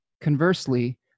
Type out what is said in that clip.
conversely